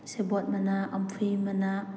ꯁꯦꯕꯣꯠ ꯃꯅꯥ ꯑꯝꯐꯨꯏ ꯃꯅꯥ